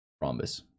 rhombus